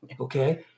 Okay